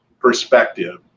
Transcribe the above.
perspective